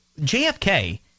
JFK